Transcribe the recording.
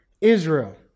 Israel